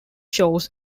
shows